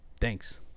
thanks